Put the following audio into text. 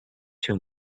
too